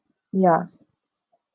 ya